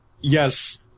Yes